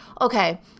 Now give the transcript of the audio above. okay